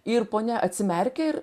ir ponia atsimerkia ir